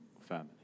family